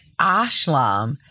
Ashlam